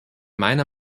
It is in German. meiner